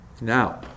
Now